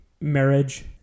marriage